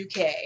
UK